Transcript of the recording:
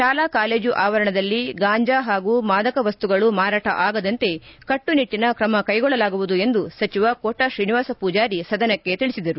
ಶಾಲಾ ಕಾಲೇಜು ಆವರಣದಲ್ಲಿ ಗಾಂಜಾ ಹಾಗೂ ಮಾದಕ ವಸ್ತುಗಳು ಮಾರಾಟ ಆಗದಂತೆ ಕಟ್ಟುನಿಟ್ಟನ ತ್ರಮ ಕೈಗೊಳ್ಳಲಾಗುವುದು ಎಂದು ಸಚಿವ ಕೋಟಾ ಶ್ರೀನಿವಾಸ ಪೂಜಾರಿ ಸದನಕ್ಕೆ ತಿಳಿಸಿದರು